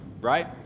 right